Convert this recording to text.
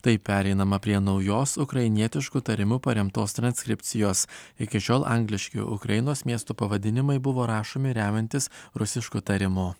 taip pereinama prie naujos ukrainietišku tarimu paremtos transkripcijos iki šiol angliški ukrainos miestų pavadinimai buvo rašomi remiantis rusišku tarimu